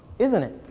isn't it?